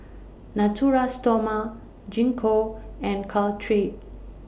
Natura Stoma Gingko and Caltrate